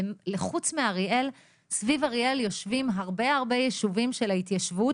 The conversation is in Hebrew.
חוץ מאריאל מסביב לאריאל יושבים הרבה ישובים של ההתיישבות